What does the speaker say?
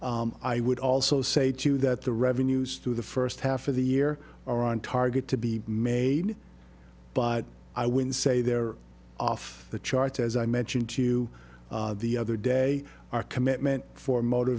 i would also say too that the revenues through the first half of the year are on target to be made but i wouldn't say they're off the charts as i mentioned to you the other day our commitment for motor